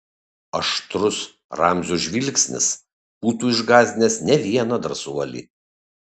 aštrus ramzio žvilgsnis būtų išgąsdinęs ne vieną drąsuolį